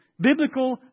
Biblical